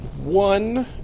One